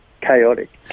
chaotic